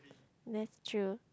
that's true